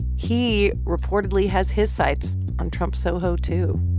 he reportedly has his sights on trump soho, too